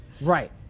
Right